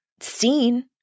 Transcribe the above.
seen